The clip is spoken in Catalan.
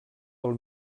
pel